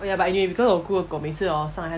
oh ya but anyway because 我姑姑的狗每次 hor 上来